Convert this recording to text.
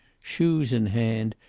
shoes in hand,